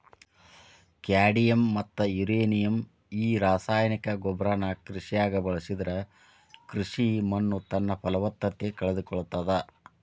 cadmium ಮತ್ತ uranium ಈ ರಾಸಾಯನಿಕ ಗೊಬ್ಬರನ ಕೃಷಿಯಾಗ ಬಳಸಿದ್ರ ಕೃಷಿ ಮಣ್ಣುತನ್ನಪಲವತ್ತತೆ ಕಳಕೊಳ್ತಾದ